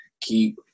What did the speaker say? keep